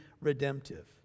redemptive